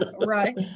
Right